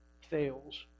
fails